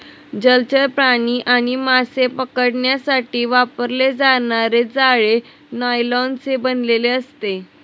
जलचर प्राणी आणि मासे पकडण्यासाठी वापरले जाणारे जाळे नायलॉनचे बनलेले असते